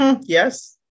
yes